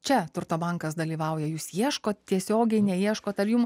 čia turto bankas dalyvauja jūs ieškot tiesiogiai neieškot ar jum